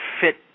fit